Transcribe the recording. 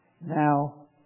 Now